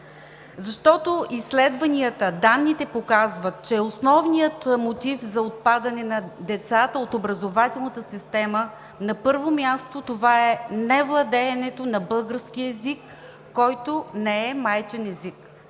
защото изследванията, данните показват, че основният мотив за отпадане на децата от образователната система на първо място, е невладеенето на български език, който не е майчин език.